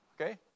Okay